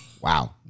Wow